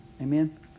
Amen